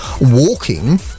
walking